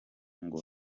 ngo